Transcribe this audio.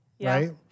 right